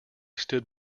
stood